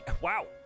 Wow